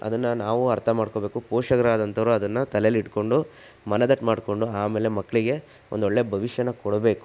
ಅದನ್ನು ನಾವು ಅರ್ಥ ಮಾಡ್ಕೋಬೇಕು ಪೋಷಕರಾದಂಥವ್ರು ಅದನ್ನು ತಲೇಲಿಟ್ಕೊಂಡು ಮನದಟ್ಟು ಮಾಡ್ಕೊಂಡು ಆಮೇಲೆ ಮಕ್ಕಳಿಗೆ ಒಂದೊಳ್ಳೆ ಭವಿಷ್ಯನ ಕೊಡಬೇಕು